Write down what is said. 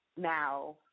Now